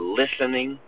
listening